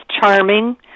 charming